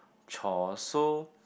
chore so